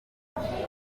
ingamba